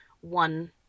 one